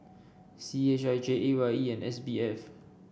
C H I J A Y E and S B F